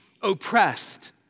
oppressed